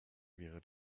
wäre